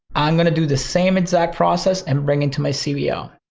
i'm gonna do the same exact process and bring into my cbo.